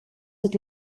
sut